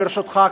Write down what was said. ברשותך,